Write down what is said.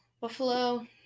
Buffalo